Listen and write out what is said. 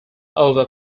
over